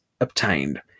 obtained